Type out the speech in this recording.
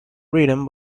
written